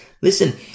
listen